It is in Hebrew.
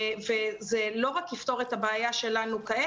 זה לא רק יפתור את הבעיה שלנו כעת.